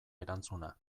erantzuna